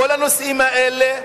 בכל הנושאים האלה,